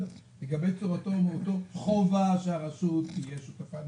לגבי צורתו ומיקומו חובה שהרשות המקומית תהיה שותפה.